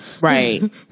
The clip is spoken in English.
Right